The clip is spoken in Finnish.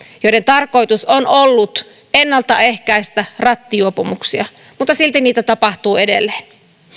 joiden tarkoitus on ollut ennalta ehkäistä rattijuopumuksia mutta silti niitä tapahtuu edelleen